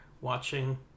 watching